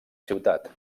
ciutat